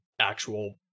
actual